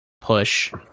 push